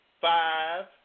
five